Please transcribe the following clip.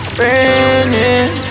raining